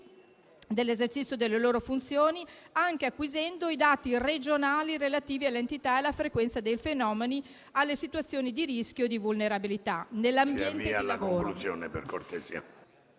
nell'esercizio delle loro funzioni, anche acquisendo i dati regionali relativi all'entità e alla frequenza del fenomeno ed alle situazioni di rischio o di vulnerabilità nell'ambiente di lavoro